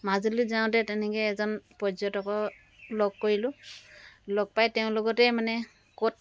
মাজুলী যাওঁতে তেনেকৈ এজন পৰ্যটকৰ লগ কৰিলোঁ লগ পাই তেওঁ লগতে মানে ক'ত